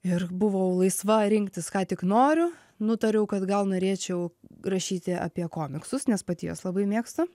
ir buvau laisva rinktis ką tik noriu nutariau kad gal norėčiau rašyti apie komiksus nes pati juos labai mėgstu